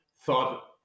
thought